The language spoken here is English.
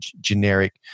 generic